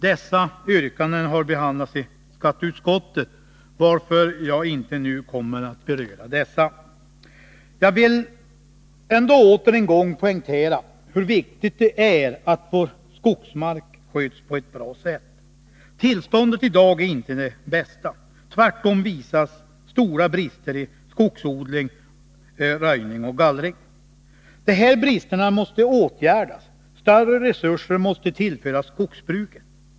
Dessa yrkanden har behandlats i skatteutskottet, varför jag inte nu kommer att beröra dem. Jag vill återigen poängtera hur viktigt det är att vår skogsmark sköts på ett bra sätt. Tillståndet i dag är inte det bästa. Tvärtom visas stora brister i skogsodling, röjning och gallring. De här bristerna måste åtgärdas, större resurser måste tillföras skogsbruket.